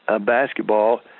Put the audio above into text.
basketball